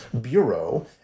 bureau